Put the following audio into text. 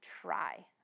try